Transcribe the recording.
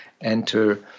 enter